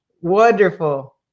wonderful